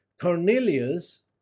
Cornelius